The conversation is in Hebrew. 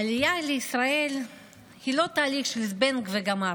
העלייה לישראל היא לא תהליך של זבנג וגמרנו.